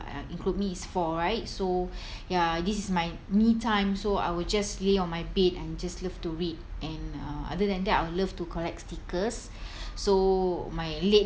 uh include me is four right so ya this is my me time so I will just lie on my bed and just love to read and uh other than that I would love to collect stickers so my late